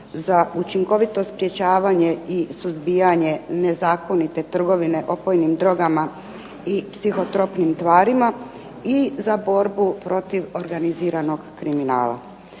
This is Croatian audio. za učinkovito sprječavanje i suzbijanje nezakonite trgovine opojnim drogama i psihotropnim tvarima i za borbu protiv organiziranog kriminala.